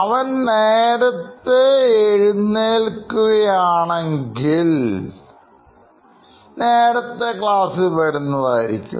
അവൻ നേരത്തെ എഴുന്നേൽക്കുക ആണെങ്കിൽ നേരത്തെ ക്ലാസ്സിൽ വരുന്നതായിരിക്കും